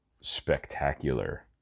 Spectacular